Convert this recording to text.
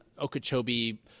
Okeechobee